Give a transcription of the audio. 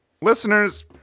Listeners